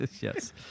yes